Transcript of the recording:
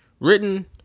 Written